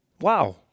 Wow